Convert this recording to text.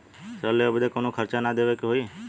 ऋण लेवे बदे कउनो खर्चा ना न देवे के होई?